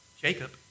Jacob